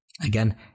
Again